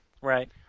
Right